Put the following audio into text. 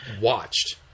watched